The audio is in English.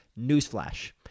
newsflash